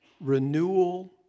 Renewal